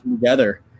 together